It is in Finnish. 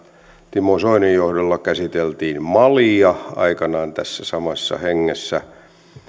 timo soinin johdolla käsiteltiin malia aikanaan tässä samassa hengessä